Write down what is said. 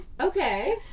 Okay